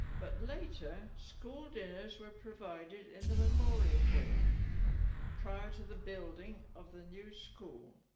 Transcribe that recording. but, later, school dinners were provided in the memorial hall prior to the building of the new school